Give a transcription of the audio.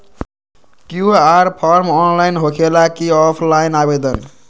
QR form online होकेला कि offline आवेदन?